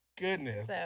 goodness